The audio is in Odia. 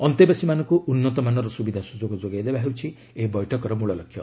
ଅନ୍ତେବାସୀମାନଙ୍କୁ ଉନ୍ନତମାନର ସୁବିଧା ସୁଯୋଗ ଯୋଗାଇ ଦେବା ହେଉଛି ଏହି ବୈଠକର ମୂଳ ଲକ୍ଷ୍ୟ